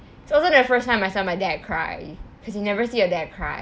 it's also the first time I saw my dad cry because you never see a dad cry